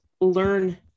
learn